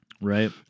Right